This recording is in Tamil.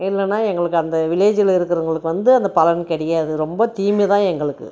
இல்லைன்னா எங்களுக்கு அந்த வில்லேஜில் இருக்கிறவங்களுக்கு வந்து அந்த பலன் கிடையாது ரொம்ப தீமை தான் எங்களுக்கு